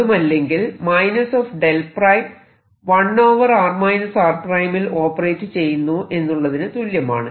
അതുമല്ലെങ്കിൽ ′ 1 r r ′ ൽ operate ചെയ്യുന്നു എന്നുള്ളതിന് തുല്യമാണ്